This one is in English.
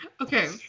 Okay